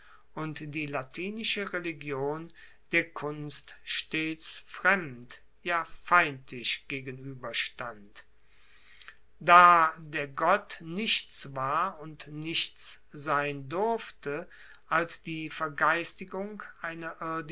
und die latinische religion der kunst stets fremd ja feindlich gegenueberstand da der gott nichts war und nichts sein durfte als die vergeistigung einer